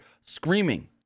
screaming